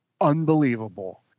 unbelievable